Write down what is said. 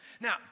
Now